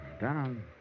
down